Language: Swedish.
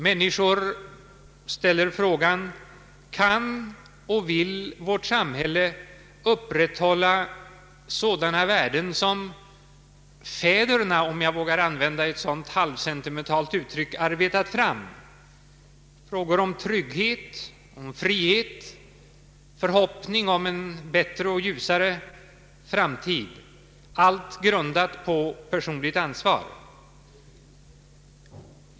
Människor ställer frågan: Kan och vill vårt samhälle upprätthålla sådana värden som fäderna — om jag vågar använda ett sådant halvsentimentalt uttryck — arbetat fram, nämligen frågor om trygghet, frihet, förhoppning om en bättre och ljusare framtid, allt grundat på personligt ansvar?